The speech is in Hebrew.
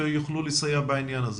שיוכלו לסייע בעניין הזה.